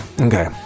Okay